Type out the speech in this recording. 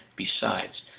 besides,